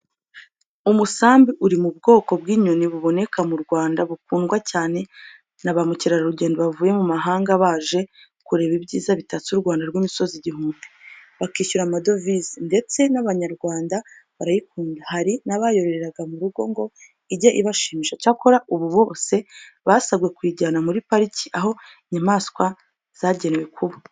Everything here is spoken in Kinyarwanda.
Umusambi uri mu bwoko bw'inyoni buboneka mu Rwanda, bukundwa cyane na ba mukerarugendo bavuye mu mahanga baje kureba ibyiza bitatse u Rwanda rw'imisozi igihumbi, bakishyura amadovise, ndetse n'abanyarwanda barayikunda, hari n'abayororeraga mu rugo ngo ijye ibashimisha, cyakora ubu bose basabwe kuyijyana muri pariki aho inyamaswa zagenewe kuba.